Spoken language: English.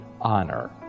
honor